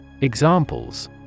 Examples